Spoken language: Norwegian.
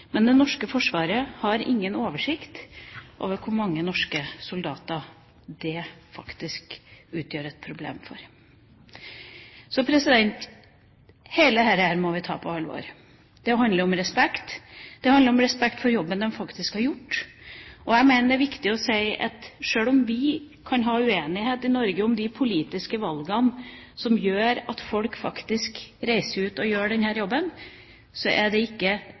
Men det norske forsvaret har ingen oversikt over hvor mange norske soldater det faktisk utgjør et problem for. Så alt dette må vi ta på alvor. Det handler om respekt. Det handler om respekt for jobben de faktisk har gjort, og jeg mener at det er viktig å si at sjøl om vi kan ha uenighet i Norge om de politiske valgene som gjør at folk faktisk reiser ut og gjør denne jobben, så er det ikke